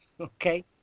okay